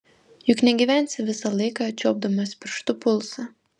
juk negyvensi visą laiką čiuopdamas pirštu pulsą